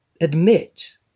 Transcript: admit